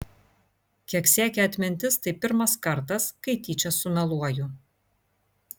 kiek siekia atmintis tai pirmas kartas kai tyčia sumeluoju